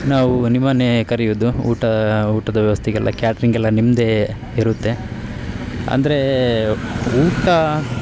ನಾವು ನಿಮ್ಮನ್ನೇ ಕರೆಯುವುದು ಊಟ ಊಟದ ವ್ಯವಸ್ಥೆಗೆಲ್ಲ ಕ್ಯಾಟ್ರಿಂಗ್ ಎಲ್ಲ ನಿಮ್ಮದೇ ಇರುತ್ತೆ ಅಂದರೆ ಊಟ